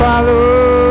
Follow